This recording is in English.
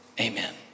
amen